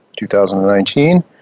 2019